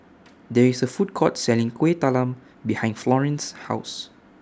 There IS A Food Court Selling Kueh Talam behind Florene's House